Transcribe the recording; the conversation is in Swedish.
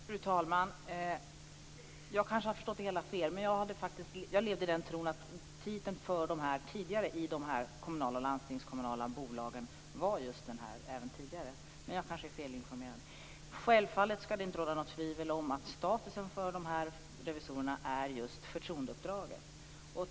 Fru talman! Jag kanske har förstått det hela fel, men jag levde i tron att titeln för dessa personer i de kommunala och landstingskommunala bolagen tidigare var just denna. Jag är kanske felinformerad. Självfallet skall det inte råda något tvivel om att statusen för dessa revisorer är just förtroendeuppdraget.